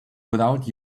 without